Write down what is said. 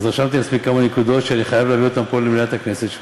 רשמתי לעצמי כמה נקודות שאני חייב להביא למליאת הכנסת.